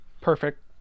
perfect